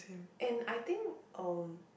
and I think um